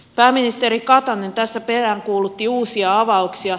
pääministeri katainen tässä peräänkuulutti uusia avauksia